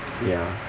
ya